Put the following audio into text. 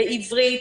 בעברית,